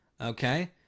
okay